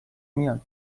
میان